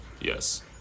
yes